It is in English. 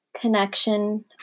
connection